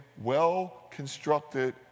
well-constructed